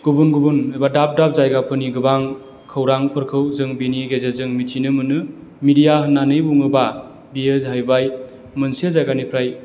गुबुन गुबुन एबा दाब दाब जायगाफोरनि गोबां खौरांफोरखौ जों बिनि गेजेरजों मिथिनो मोनो मिडिया होननानै बुङोब्ला बियो जाहैबाय मोनसे जायगानिफ्राय